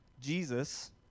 Jesus